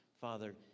Father